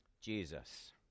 Jesus